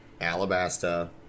Alabasta